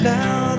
now